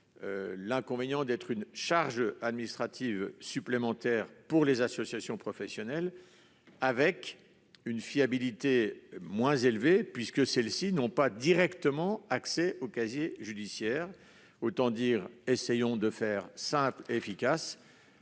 l'inconvénient d'être une charge administrative supplémentaire pour les associations professionnelles, avec une fiabilité moins élevée, puisque celles-ci n'ont pas directement accès au casier judiciaire. Essayons de faire simple et efficace